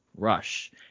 rush